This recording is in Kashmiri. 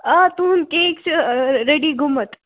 آ تُہُنٛد کیک چھُ ریڈی گوٚومُت